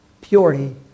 Purity